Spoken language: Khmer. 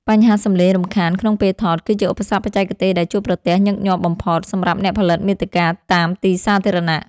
បញ្ហាសម្លេងរំខានក្នុងពេលថត គឺជាឧបសគ្គបច្ចេកទេសដែលជួបប្រទះញឹកញាប់បំផុត សម្រាប់អ្នកផលិតមាតិកាតាមទីសាធារណៈ។